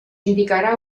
indicarà